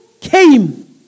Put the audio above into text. came